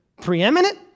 preeminent